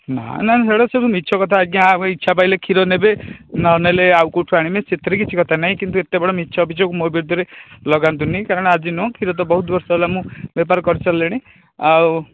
ନା ନା ସେଗୁଡା ସବୁ ମିଛ କଥା ଆଜ୍ଞା ଆପଣ ଇଚ୍ଛା ପାଇଲେ କ୍ଷୀର ନେବେ ନନେଲେ ଆଉ କେଉଁଠୁ ଆଣିବେ ସେଥିରେ କିଛି କଥା ନାହିଁ କିନ୍ତୁ ଏତେ ବଡ ମିଛ ଅଭିଯୋଗ ମୋ ବିରୁଦ୍ଧରେ ଲଗାନ୍ତୁନି କାରଣ ଆଜି ନୁହଁ କ୍ଷୀର ତ ବହୁତ ବର୍ଷ ହେଲା ମୁଁ ବେପାର କରିସାରିଲିଣି ଆଉ